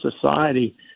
society